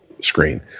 screen